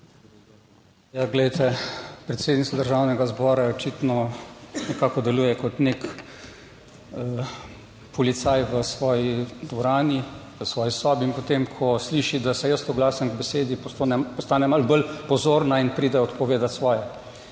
Ja, glejte, predsednica Državnega zbora je očitno, nekako, deluje kot nek policaj v svoji dvorani, v svoji sobi in potem, ko sliši, da se jaz oglasim k besedi, postane malo bolj pozorna in pride odpovedati svoje.